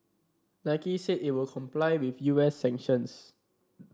Nike said it would comply with U S sanctions